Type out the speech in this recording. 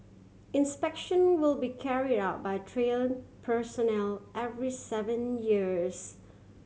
inspection will be carry out by train personnel every seven years